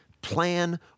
plan